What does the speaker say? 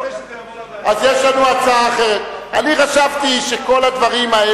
אני רוצה שזה יבוא לוועדה.